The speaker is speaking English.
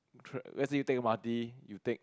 let's say you take M_R_T you take